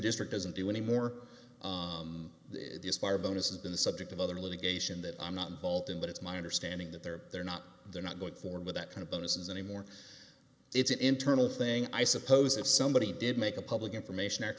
district doesn't do anymore these fire bonuses been the subject of other litigation that i'm not involved in but it's my understanding that they're they're not they're not going forward with that kind of bonuses anymore it's an internal thing i suppose if somebody did make a public information act